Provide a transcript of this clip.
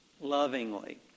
lovingly